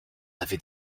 avais